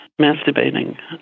masturbating